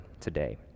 today